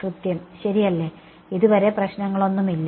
കൃത്യം ശരിയല്ലേ ഇതുവരെ പ്രശ്നങ്ങളൊന്നുമില്ല